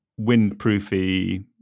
windproofy